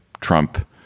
Trump